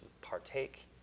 partake